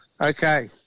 Okay